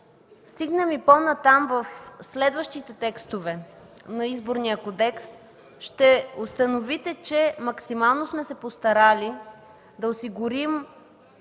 стигнем и по-натам в следващите текстове на Изборния кодекс, ще установите, че максимално сме се постарали да осигурим